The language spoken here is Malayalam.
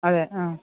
അതെ ആ